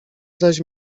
zaś